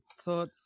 thought